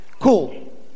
Cool